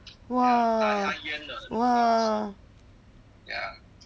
!wah! !wah!